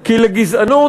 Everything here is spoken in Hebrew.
כי לגזענות,